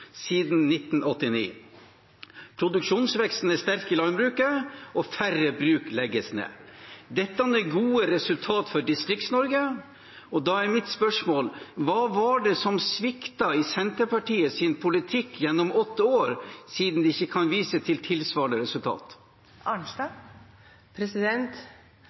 siden 1989, produksjonsveksten er sterk i landbruket, og færre bruk legges ned. Dette er gode resultater for Distrikts-Norge. Da er mitt spørsmål: Hva var det som sviktet i Senterpartiets politikk gjennom åtte år, siden de ikke kan vise til tilsvarende resultat?